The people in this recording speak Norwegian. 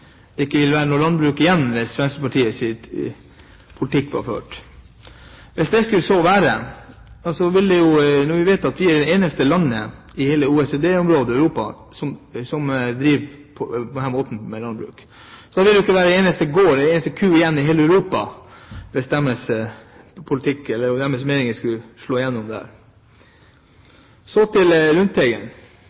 det ikke ville være noe landbruk igjen hvis Fremskrittspartiets politikk ble ført. Om så skulle være – når vi vet at vi er det eneste landet av alle OECD-land i Europa som driver landbruk på denne måten – så ville det jo ikke være en eneste gård, en eneste ku, igjen i hele Europa hvis deres politikk eller deres meninger skulle slå igjennom der. Så til Lundteigen: